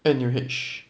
N_U_H